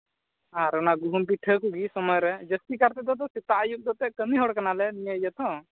ᱟᱨ ᱚᱱᱟ ᱜᱩᱦᱩᱢ ᱯᱤᱴᱷᱟᱹ ᱠᱚᱜᱮ ᱥᱚᱢᱚᱭ ᱨᱮ ᱡᱟᱹᱥᱛᱤ ᱠᱟᱨ ᱛᱮᱫᱚ ᱥᱮᱛᱟᱜ ᱟᱹᱭᱩᱵ ᱠᱟᱹᱢᱤ ᱦᱚᱲ ᱠᱟᱱᱟ ᱞᱮ ᱱᱤᱭᱟᱹ ᱜᱮᱛᱚ